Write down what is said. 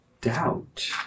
Doubt